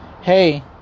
Hey